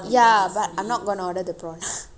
ya but I'm not going to order the prawn